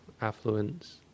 affluence